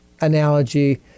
analogy